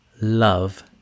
love